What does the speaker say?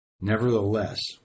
Nevertheless